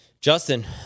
Justin